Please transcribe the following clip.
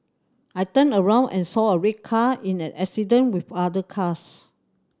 I turned around and saw a red car in an accident with other cars